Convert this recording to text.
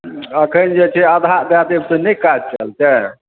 एखन जे छै आधा दए देब तऽ नहि काज चलतै